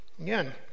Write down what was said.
again